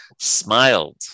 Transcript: smiled